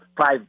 five